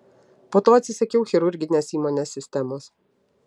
po to atsisakiau chirurginės įmonės sistemos